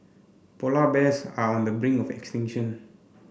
polar bears are on the brink of extinction